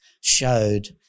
showed